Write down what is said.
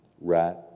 Right